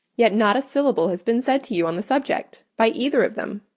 yet not a syllable has been said to you on the subject, by either of them.